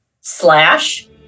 slash